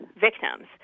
victims